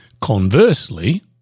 Conversely